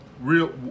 real